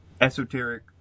esoteric